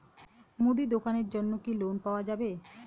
মুদি দোকানের জন্যে কি লোন পাওয়া যাবে?